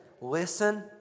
listen